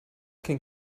can